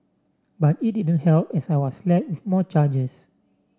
but it didn't help as I was slapped with more charges